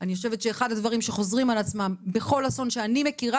אני חושבת שאחד הדברים שחוזרים על עצמם בכל אסון שאני מכירה